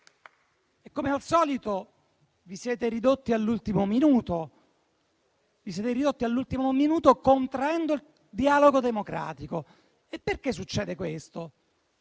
Come al solito, vi siete ridotti all'ultimo minuto, contraendo il dialogo democratico. Ve lo dico io perché succede questo: